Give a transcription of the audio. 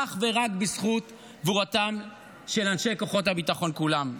אך ורק בזכות תגובתם של אנשי כוחות הביטחון כולם,